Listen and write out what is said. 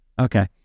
Okay